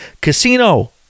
Casino